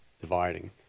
dividing